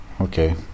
Okay